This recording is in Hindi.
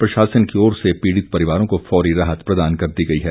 प्रशासन की ओर से पीड़ित परिवारों को फौरी राहत प्रदान कर दी गई है